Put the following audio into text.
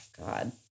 god